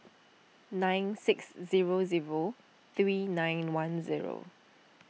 nine six zero zero three nine one zero